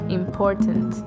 important